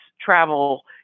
travel